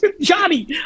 Johnny